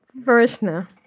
Varishna